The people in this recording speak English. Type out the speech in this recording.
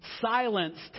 silenced